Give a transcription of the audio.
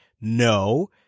No